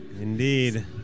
Indeed